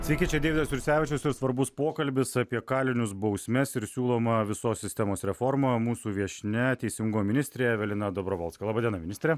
sveiki čia deividas jursevičius ir svarbus pokalbis apie kalinius bausmes ir siūlomą visos sistemos reformą mūsų viešnia teisingo ministrė evelina dabrovolska laba diena ministre